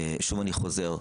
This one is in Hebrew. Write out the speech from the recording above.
שוב אני חוזר,